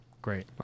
Great